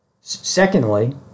Secondly